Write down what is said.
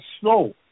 snow